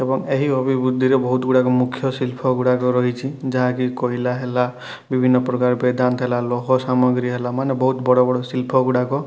ଏବଂ ଏହି ଅଭିବୃଦ୍ଧିରେ ବହୁତଗୁଡ଼ାକ ମୁଖ୍ୟ ଶିଳ୍ପ ଗୁଡ଼ାକ ରହିଛି ଯାହାକି କୋଇଲା ହେଲା ବିଭିନ୍ନ ପ୍ରକାର ବେଦାନ୍ତ ହେଲା ଲୌହ ସାମଗ୍ରୀ ହେଲା ମାନେ ବହୁତ ବଡ଼ ବଡ଼ ଶିଳ୍ପଗୁଡ଼ାକ